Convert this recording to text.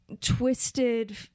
twisted